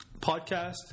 podcast